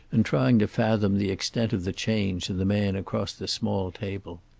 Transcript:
and trying to fathom the extent of the change in the man across the small table.